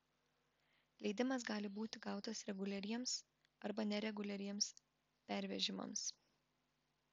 leidimas gali būti gautas reguliariems arba nereguliariems pervežimams